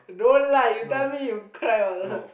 don't lie you tell me you cry all